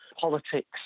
politics